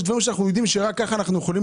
יש דברים שאנחנו יודעים שרק כך אנחנו יכולים